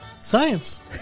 Science